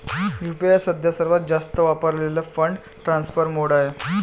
UPI सध्या सर्वात जास्त वापरलेला फंड ट्रान्सफर मोड आहे